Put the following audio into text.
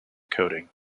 coating